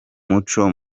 muco